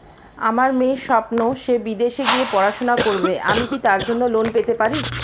আমার মেয়ের স্বপ্ন সে বিদেশে গিয়ে পড়াশোনা করবে আমি কি তার জন্য লোন পেতে পারি?